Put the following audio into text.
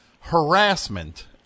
harassment